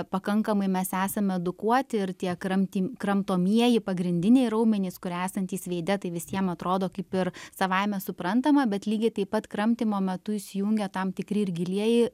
pakankamai mes esame edukuoti ir tiek kramty kramtomieji pagrindiniai raumenys kurie esantys veide tai visiem atrodo kaip ir savaime suprantama bet lygiai taip pat kramtymo metu įsijungia tam tikri ir gilieji